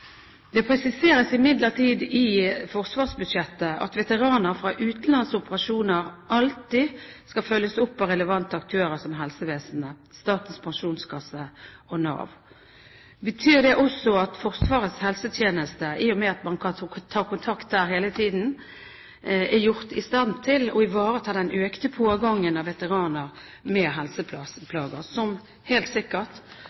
Det presiseres imidlertid i forsvarsbudsjettet at veteraner fra utenlandsoperasjoner alltid skal følges opp av relevante aktører som helsevesenet, Statens Pensjonskasse og Nav. Betyr det også at Forsvarets helsetjeneste – i og med at man kan ta kontakt der hele tiden – er satt i stand til å ivareta den økte pågangen av veteraner med